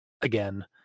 again